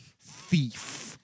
thief